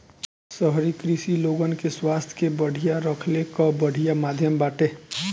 शहरी कृषि लोगन के स्वास्थ्य के बढ़िया रखले कअ बढ़िया माध्यम बाटे